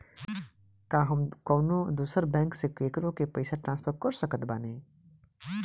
का हम कउनों दूसर बैंक से केकरों के पइसा ट्रांसफर कर सकत बानी?